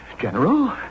General